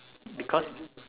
because